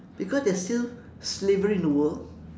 because there is still slavery in the world